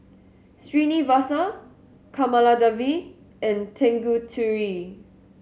Srinivasa Kamaladevi and Tanguturi